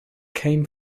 came